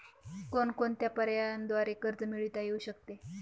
कोणकोणत्या पर्यायांद्वारे कर्ज मिळविता येऊ शकते?